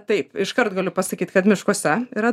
taip iškart galiu pasakyt kad miškuose yra